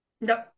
Nope